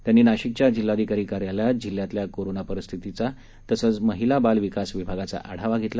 त्यांनी नाशिकच्या जिल्हाधिकारी कार्यालयात जिल्ह्यातल्या कोरोना परिस्थितीचा तसंच महिला बाल विकास विभागाचा आढावा घेतला